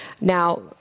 now